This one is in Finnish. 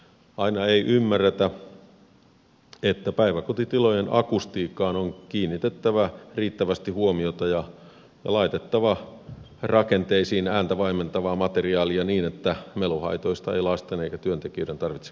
aina ei ymmärretä että päiväkotitilojen akustiikkaan on kiinnitettävä riittävästi huomiota ja laitettava rakenteisiin ääntä vaimentavaa materiaalia niin että meluhaitoista ei lasten eikä työntekijöiden tarvitse kärsiä